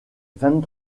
vingt